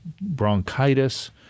bronchitis